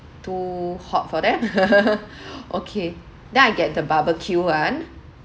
too hot for them okay then I get the barbecue [one]